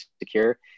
secure